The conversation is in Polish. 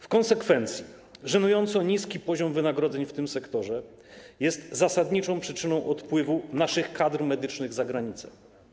W konsekwencji żenująco niski poziom wynagrodzeń w tym sektorze jest zasadniczą przyczyną odpływu naszych kadr medycznych za granicę.